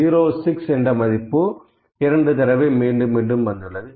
06 என்ற மதிப்பு 2 தடவை மீண்டும் மீண்டும் வந்துள்ளது